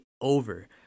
over